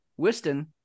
Wiston